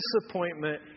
disappointment